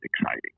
exciting